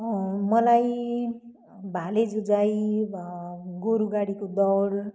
मलाई भाले जुझाइ भयो गोरुगाडीको दौड